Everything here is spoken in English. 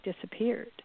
disappeared